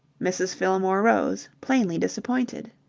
mrs. fillmore rose, plainly disappointed.